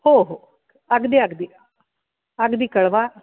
हो हो अगदी आगदी अगदी कळवा